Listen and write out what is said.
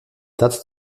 satz